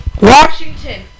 Washington